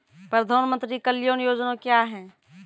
प्रधानमंत्री कल्याण योजना क्या हैं?